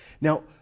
Now